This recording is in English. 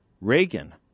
Reagan